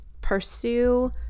pursue